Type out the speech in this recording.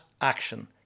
action